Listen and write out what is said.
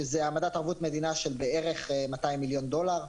שזה העמדת ערבות מדינה של בערך 200 מיליון דולר.